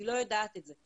אני לא יודעת את זה.